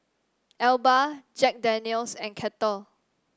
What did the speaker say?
Alba Jack Daniel's and Kettle